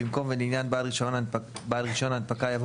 במקום "ולעניין בעל רישיון הנפקה" יבוא